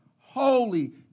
holy